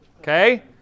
Okay